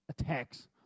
attacks